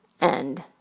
end